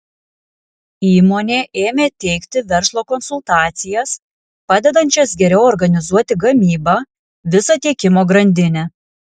įmonė ėmė teikti verslo konsultacijas padedančias geriau organizuoti gamybą visą tiekimo grandinę